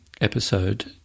episode